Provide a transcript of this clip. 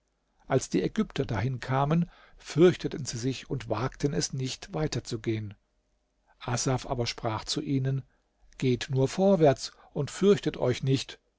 als die ägypter dahin kamen fürchteten sie sich und wagten es nicht weiter zu gehen asaf aber sprach zu ihnen geht nur vorwärts und fürchtet euch nicht